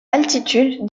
altitude